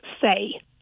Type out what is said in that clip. say